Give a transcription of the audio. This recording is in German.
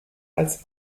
als